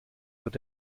wird